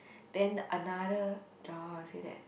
then another drama will say that